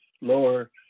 lower